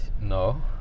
No